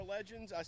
Legends